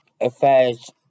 affairs